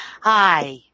Hi